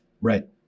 Right